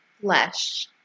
flesh